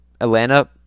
Atlanta